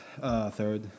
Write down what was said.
Third